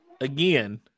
Again